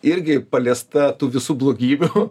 irgi paliesta tų visų blogybių